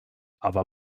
aber